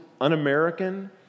un-American